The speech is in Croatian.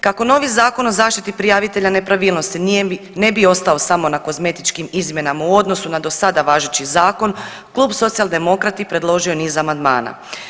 Kako novi Zakon o zaštiti prijavitelja nepravilnosti ne bi ostao samo na kozmetičkim izmjenama u odnosu na do sada važeći zakon klub Socijaldemokrati predložio je niz amandmana.